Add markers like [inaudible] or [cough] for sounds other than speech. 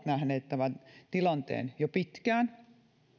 [unintelligible] nähneet tämän tilanteen jo pitkään